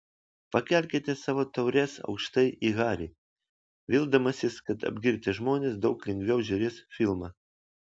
pakelkite savo taures aukštai į harį vildamasis kad apgirtę žmonės daug lengviau žiūrės filmą